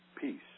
peace